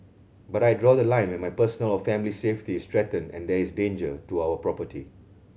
but I draw the line when my personal or family's safety is threatened and there is danger to our property